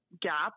Gap